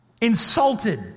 insulted